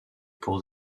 pour